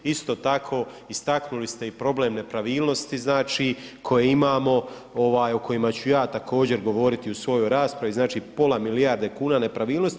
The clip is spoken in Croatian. Isto tako istaknuli ste i problem nepravilnosti znači koje imamo, o kojima ću ja također govoriti u svojoj raspravi, znači pola milijarde kuna nepravilnosti.